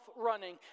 running